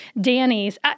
Danny's